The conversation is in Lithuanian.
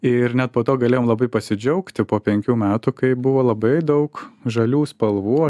ir net po to galėjom labai pasidžiaugti po penkių metų kai buvo labai daug žalių spalvų